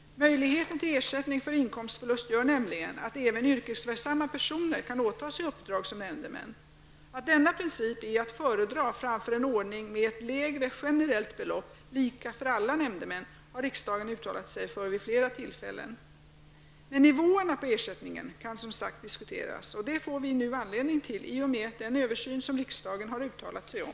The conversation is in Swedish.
Möjligheten till ersättning för inkomstförlust gör nämligen att även yrkesverksamma personer kan åta sig uppdrag som nämndemän. Att denna princip är att föredra framför en ordning med ett lägre generellt belopp -- lika för alla nämndemän -- har riksdagen uttalat sig för vid flera tillfällen. Men nivåerna på ersättningen kan som sagt diskuteras och det får vi nu anledning till i och med den översyn som riksdagen har uttalat sig om.